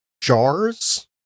jars